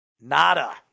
nada